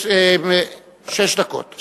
שש דקות.